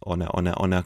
o ne o ne o ne